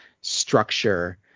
structure